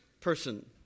person